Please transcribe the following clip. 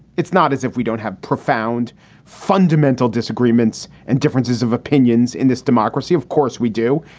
it's not as if we don't have profound fundamental disagreements and differences of opinions in this democracy. of course we do.